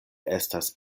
estas